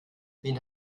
wen